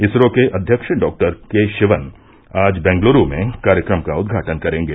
इसरो के अध्यक्ष डॉ के शिवन आज बेंगलुरु में कार्यक्रम का उद्घाटन करेंगे